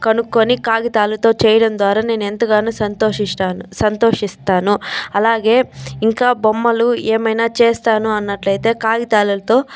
కనుక్కొని కాగితాలతో చేయడం ద్వారా నేను ఎంతగానో సంతోషిస్తాను సంతోషిస్తాను అలాగే ఇంకా బొమ్మలు ఏమైనా చేస్తాను అన్నట్లయితే కాగితాలతో